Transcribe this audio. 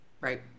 right